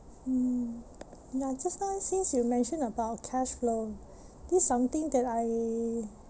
mm ya just now since you mentioned about cash flow this is something that I